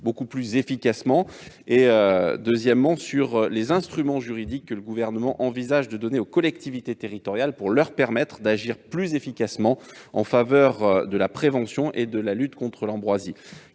beaucoup plus efficacement ? Deuxièmement, de quels instruments juridiques envisage-t-il de doter les collectivités territoriales pour leur permettre d'agir plus efficacement en faveur de la prévention et de la lutte contre l'ambroisie